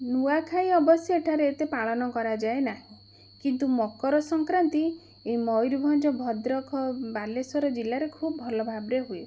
ନୂଆଖାଇ ଅବଶ୍ୟ ଏଠାରେ ଏତେ ପାଳନ କରାଯାଏ ନାହିଁ କିନ୍ତୁ ମକର ସଂକ୍ରାନ୍ତି ଏଇ ମୟୂରଭଞ୍ଜ ଭଦ୍ରକ ବାଲେଶ୍ଵର ଜିଲ୍ଲାରେ ଖୁବ୍ ଭଲ ଭାବରେ ହୁଏ